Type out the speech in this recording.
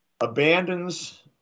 abandons